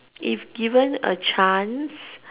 if given a chance